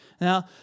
Now